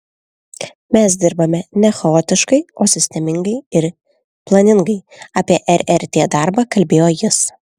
mes dirbame ne chaotiškai o sistemingai ir planingai apie rrt darbą kalbėjo jis